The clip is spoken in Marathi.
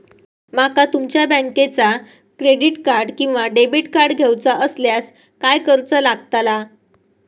माका तुमच्या बँकेचा क्रेडिट कार्ड किंवा डेबिट कार्ड घेऊचा असल्यास काय करूचा लागताला?